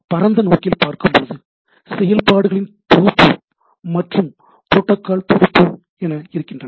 பரந்த நோக்கில் பார்க்கும்போது செயல்பாடுகளின் தொகுப்பு மற்றும் புரோட்டோகால் தொகுப்பு என இருக்கின்றன